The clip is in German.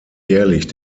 jährlich